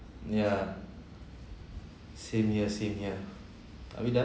yeah same here same here are we done